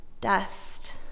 dust